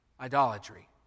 Idolatry